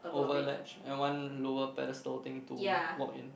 over ledge and one lower pedastal thing to walk in